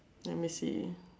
let me see